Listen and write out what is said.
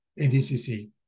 ADCC